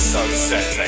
Sunset